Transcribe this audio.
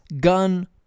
Gun